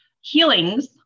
healings